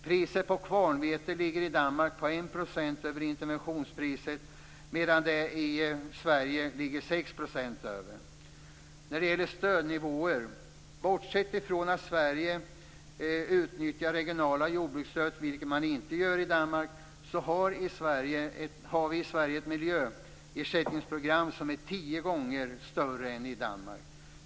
Priset på kvarnvete ligger i Sverige ligger 6 % över. När det gäller stödnivåer kan vi notera att bortsett från att Sverige utnyttjar regionala jordbruksstöd, vilket man inte gör i Danmark, har vi i Sverige ett miljöersättningsprogram som är tio gånger större än det i Danmark.